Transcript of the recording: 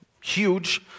huge